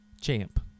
Champ